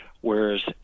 whereas